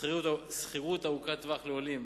שכירות ארוכת טווח לעולים,